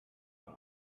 gone